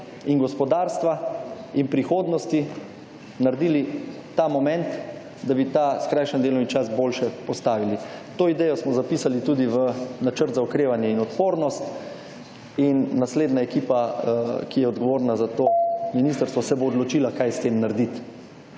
in gospodarstva in prihodnosti naredili ta moment, da bi ta skrajšan delovni čas boljše postavili. To idejo smo zapisali tudi v načrt za okrevanje in odpornost in naslednja ekipa, ki je odgovorna za to ministrstvo / znak za konec razprave/, se bo odločila, kaj s tem narediti.